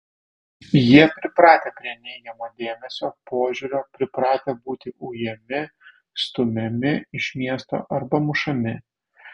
jie pripratę prie neigiamo dėmesio požiūrio pripratę būti ujami stumiami iš miesto arba mušami